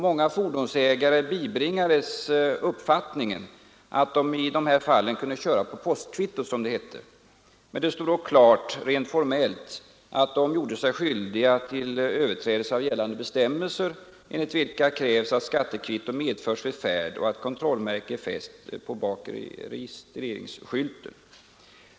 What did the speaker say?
Många fordonsägare bibringades uppfattningen att de i sådana fall kunde köra på postkvittot, som det hette. Det stod dock klart, rent formellt, att de då gjorde sig skyldiga till överträdelse av gällande bestämmelser, enligt vilka krävs att skattekvitto medförs vid färd och att kontrollmärke är fäst på bakre registreringsskylten.